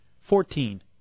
Fourteen